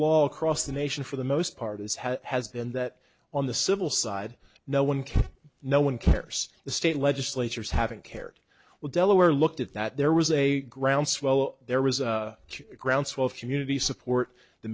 law across the nation for the most part is how it has been that on the civil side no one cared no one cares the state legislature's having cared what delaware looked at that there was a groundswell there was a huge groundswell of community support the